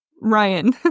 Ryan